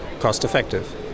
cost-effective